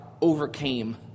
overcame